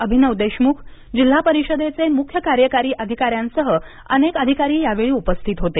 अभिनव देखमुख जिल्हा परिषदेचे मुख्य कार्यकारी अधिकार्यांसह अनेक अधिकारी यावेळी उपस्थित होते